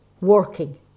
working